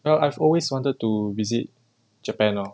well I've always wanted to visit japan lor